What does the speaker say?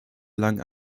langen